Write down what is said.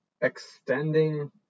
extending